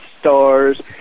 stars